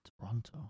Toronto